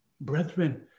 Brethren